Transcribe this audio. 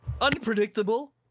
Unpredictable